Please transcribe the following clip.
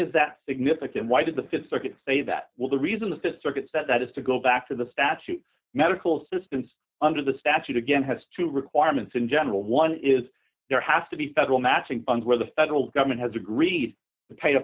is that significant why did the th circuit say that was the reason the th circuit said that is to go back to the statute medical assistance under the statute again has two requirements in general one is there has to be federal matching funds where the federal government has agreed to pay a